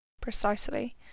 Precisely